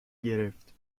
گرفت